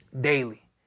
daily